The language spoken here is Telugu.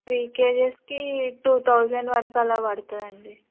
త్రీ కేజెస్కి టూ థౌసండ్ వరకు అలా పడుతుంది అండి